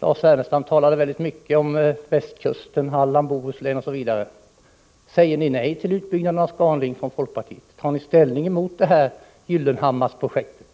Lars Ernestam talade mycket om västkusten, Halland och Bohuslän. Säger ni inom folkpartiet nej till en utbyggnad av Scan Link? Tar ni ställning mot detta Gyllenhammarsprojekt?